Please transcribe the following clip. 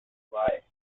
twice